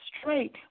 straight